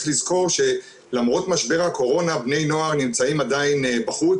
צריך לזכור שלמרות משבר הקורונה בני נוער נמצאים עדיין בחוץ.